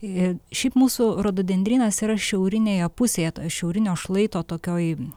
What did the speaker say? ir šiaip mūsų rododendrynas yra šiaurinėje pusėje toj šiaurinio šlaito tokioj